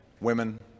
women